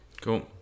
Cool